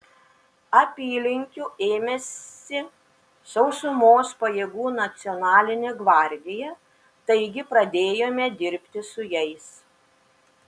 apylinkių ėmėsi sausumos pajėgų nacionalinė gvardija taigi pradėjome dirbti su jais